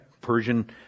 Persian